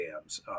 dams